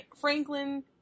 Franklin